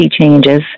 changes